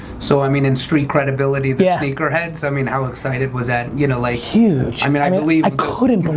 so i mean in street credibility the ah sneaker heads, i mean how excited was that, you know like huge, i mean i mean i couldn't believe,